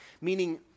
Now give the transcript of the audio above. meaning